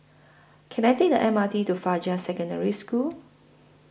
Can I Take The M R T to Fajar Secondary School